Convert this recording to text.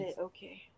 Okay